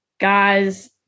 Guys